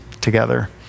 together